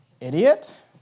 Idiot